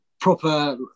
proper